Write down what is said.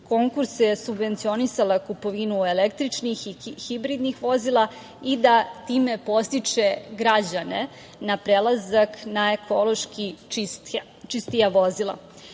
konkurse je subvencionisala kupovinu električnih i hibridnih vozila i da time podstiče građane na prelazak na ekološki čistija vozila. Ne